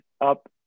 up